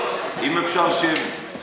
אם אפשר, שמית.